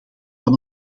van